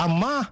Ama